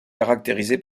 caractérisé